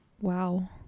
Wow